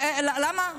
למה?